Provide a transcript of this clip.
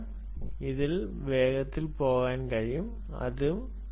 അതിനാൽ ഇതിന് വേഗത്തിൽ പോകാൻ കഴിയും അതെ ഇതിലും താഴ്ന്നതാണ്